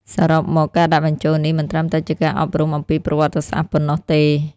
សរុបមក ការដាក់បញ្ចូលនេះមិនត្រឹមតែជាការអប់រំអំពីប្រវត្តិសាស្ត្រប៉ុណ្ណោះទេ។